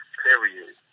period